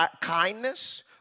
kindness